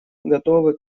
готовы